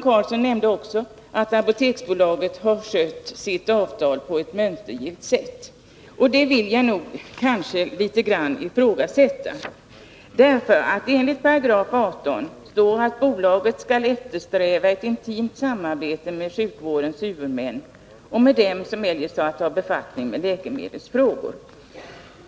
Karlsson nämnde också att Apoteksbolaget har skött sitt avtal på ett mönstergillt sätt. Det vill jag litet grand ifrågasätta. Enligt 18 § skall bolaget eftersträva ett intimt samarbete med sjukvårdens huvudmän och med dem som eljest har att ta befattning med läkemedelsfrågor.